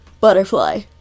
butterfly